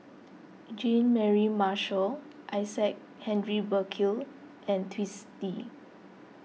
Jean Mary Marshall Isaac Henry Burkill and Twisstii